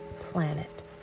planet